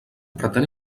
pretén